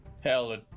Hell